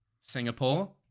Singapore